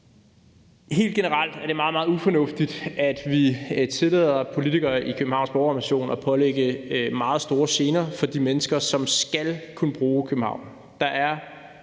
Helt generelt er det meget, meget ufornuftigt, at vi tillader politikere i Københavns Borgerrepræsentation at pålægge meget store gener over for de mennesker, som skal kunne bruge København.